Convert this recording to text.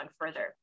further